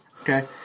Okay